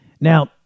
Now